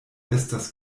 estas